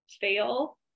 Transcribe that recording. fail